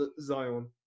Zion